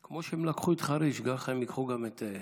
כמו שהם לקחו את חריש, ככה הם ייקחו את כסיף.